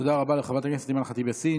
תודה רבה לחברת הכנסת אימאן ח'טיב יאסין.